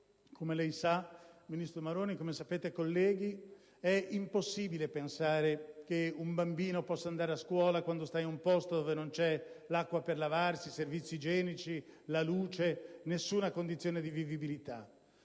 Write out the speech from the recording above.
Come lei sa, ministro Maroni e colleghi, è impossibile pensare che un bambino possa andare a scuola quando vive in un posto in cui non c'è l'acqua per lavarsi, i servizi igienici, la luce e nessuna condizione di vivibilità.